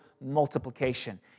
multiplication